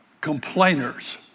complainers